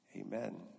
Amen